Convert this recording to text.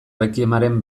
requiemaren